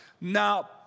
now